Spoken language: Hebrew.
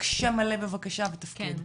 רק שם מלא בבקשה ותפקיד.